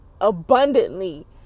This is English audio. abundantly